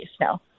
No